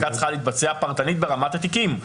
והבדיקה צריכה להתבצע פרטנית ברמת התיקים,